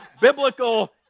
biblical